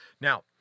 Now